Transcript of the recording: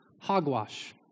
Hogwash